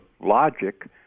logic